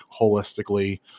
holistically